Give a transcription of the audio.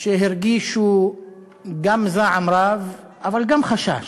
שהרגישו גם זעם רב, אבל גם חשש.